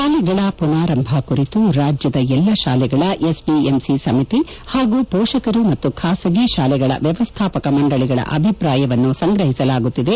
ಶಾಲೆಗಳ ಪುನಾರಂಭ ಕುರಿತು ರಾಜ್ಯದ ಎಲ್ಲಾ ಶಾಲೆಗಳ ಎಸ್ಡಿಎಂಸಿ ಸಮಿತಿ ಹಾಗೂ ಪೋಷಕರ ಮತ್ತು ಖಾಸಗಿ ಶಾಲೆಗಳ ವ್ಯವಸ್ಥಾಪಕ ಮಂಡಳಿಗಳ ಅಭಿಪ್ರಾಯವನ್ನು ಸಂಗ್ರಹಿಸಲಾಗುತ್ತಿದೆ